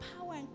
power